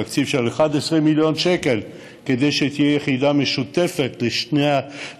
תקציב של 11 מיליון שקל כדי שתהיה יחידה משותפת לשני